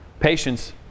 Patience